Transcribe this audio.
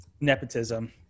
Nepotism